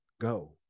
go